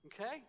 okay